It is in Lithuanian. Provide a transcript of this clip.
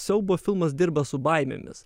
siaubo filmas dirba su baimėmis